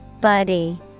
Buddy